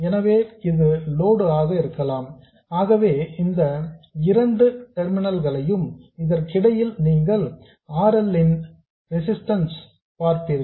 எனவே இது லோடு ஆக இருக்கலாம் ஆகவே இந்த இரண்டு டெர்மினல்ஸ் இதற்கிடையில் நீங்கள் R L ன் ரெசிஸ்டன்ஸ் ஐ பார்ப்பீர்கள்